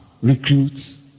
recruits